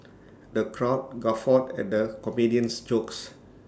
the crowd guffawed at the comedian's jokes